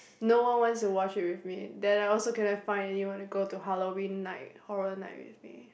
no one wants to watch it with me then I also cannot find anyone to go to Halloween night horror night with me